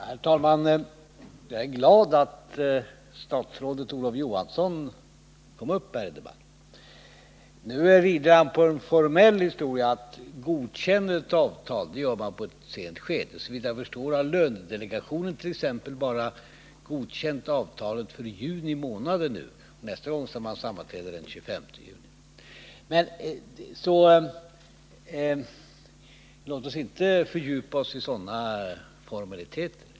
Herr talman! Jag är glad att statsrådet Olof Johansson gick upp i debatten. Nu rider han på formaliteter och menar att det är först i ett sent skede som regeringen godkänner ett avtal. Såvitt jag förstår har lönedelegationen t.ex. nu godkänt avtalet bara för juni månad. Nästa gång den sammanträder är den 25 juni. Låt oss inte fördjupa oss i sådana formaliteter.